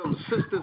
sisters